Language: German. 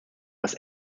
was